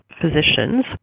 physicians